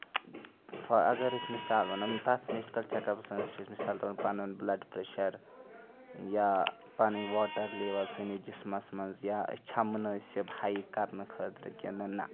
اَگر أسۍ مِثال وَنو یِم تتھ میڈِکل چیٚک اَپس منٛز چھِ أسۍ مِثال کے طور پَنُن بُلڈ پریشر یا پَنٕنۍ واٹڑ لیول سٲنس جِسمَس منٛز یا أسۍ چھا مُنٲسب ہایک کرنہٕ خٲطرٕ کِنہٕ نہ